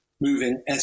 moving